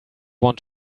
want